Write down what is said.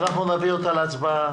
אנחנו נביא אותה להצבעה